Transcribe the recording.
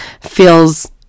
feels